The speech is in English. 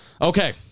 Okay